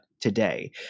today